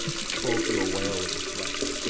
and she calls you a whale of a flesch.